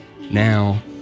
now